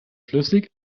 flüssig